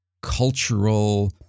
cultural